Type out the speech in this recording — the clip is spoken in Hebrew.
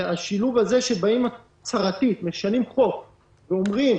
השילוב הזה שבאים בהצהרה ומשנים חוק ואומרים